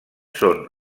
són